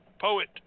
poet